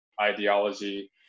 ideology